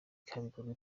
hagikorwa